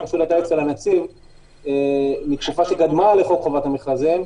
היא פשוט הייתה אצל הנציב מתקופה שקדמה לחוק חובת המכרזים.